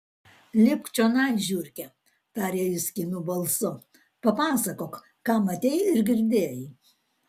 lipk čionai žiurke tarė jis kimiu balsu papasakok ką matei ir girdėjai